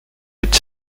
être